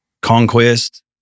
Conquest